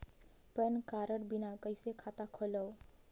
Pan card बिना कइसे खाता खोलव?